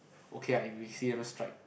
okay ah if we see them strike